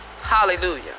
hallelujah